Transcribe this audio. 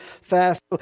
fast